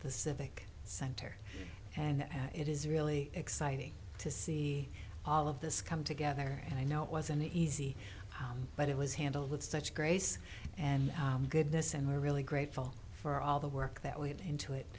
the civic center and it is really exciting to see all of this come together and i know it wasn't easy but it was handled with such grace and goodness and we're really grateful for all the work that we had into it